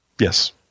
Yes